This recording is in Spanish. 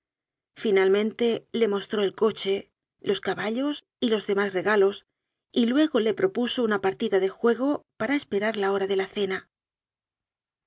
finalmente le mostró el coche los ca ballos y los demás regalos y luego le propuso una partida de juego para esperar la hora de la cena